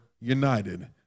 united